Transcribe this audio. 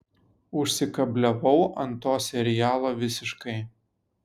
užsikabliavau ant to serialo visiškai